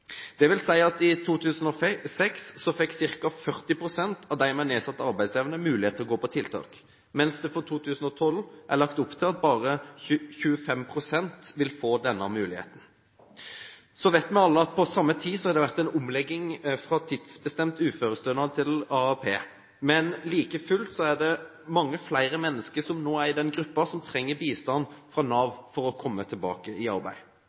fikk ca. 40 pst. av dem med nedsatt arbeidsevne mulighet til å gå på tiltak, mens det for 2012 er lagt opp til at bare 25 pst. vil få denne muligheten. Så vet vi alle at på samme tid har det vært en omlegging fra tidsbestemt uførestønad til AAP, men like fullt er det mange flere mennesker som nå er i den gruppen som trenger bistand fra Nav for å komme tilbake i arbeid.